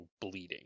bleeding